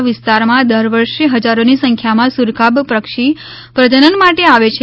ના વિસ્તારમાં દરવર્ષે ફજારોની સંખ્યામાં સુરખાબ પક્ષી પ્રજનન માટે આવે છે